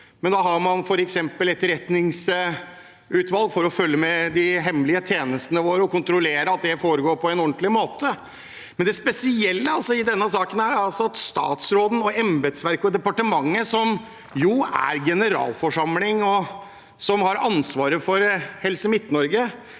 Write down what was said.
man imidlertid f.eks. etterretningsutvalg for å følge med på de hemmelige tjenestene våre og kontrollere at det foregår på en ordentlig måte. Det spesielle i denne saken er at statsråden, embetsverket og departementet – statsråden er jo generalforsamling og har ansvaret for Helse Midt-Norge